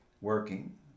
working